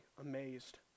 amazed